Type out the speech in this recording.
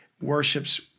worships